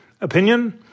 opinion